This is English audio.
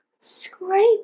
scrape